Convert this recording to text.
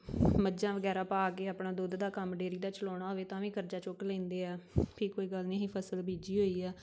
ਮੱਝਾਂ ਵਗੈਰਾ ਪਾ ਕੇ ਆਪਣਾ ਦੁੱਧ ਦਾ ਕੰਮ ਡੇਅਰੀ ਦਾ ਚਲਾਉਣਾ ਹੋਵੇ ਤਾਂ ਵੀ ਕਰਜ਼ਾ ਚੁੱਕ ਲੈਂਦੇ ਆ ਵੀ ਕੋਈ ਗੱਲ ਨਹੀਂ ਅਸੀਂ ਫ਼ਸਲ ਬੀਜੀ ਹੋਈ ਆ